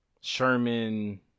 Sherman